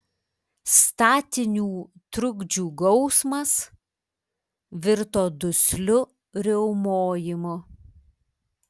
statinių trukdžių gausmas virto dusliu riaumojimu